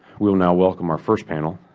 we will now welcome our first panel.